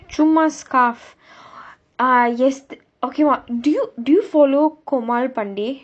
சும்மா:chumma scarf ah yes okay ~ do you do you follow komal pandey